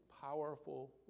powerful